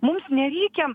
mums nereikia